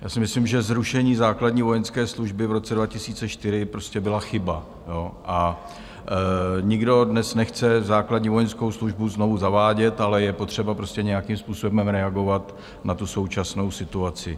Já si myslím, že zrušení základní vojenské služby v roce 2004 prostě byla chyba, a nikdo dnes nechce základní vojenskou službu znovu zavádět, ale je potřeba prostě nějakým způsobem reagovat na současnou situaci.